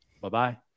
Bye-bye